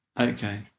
Okay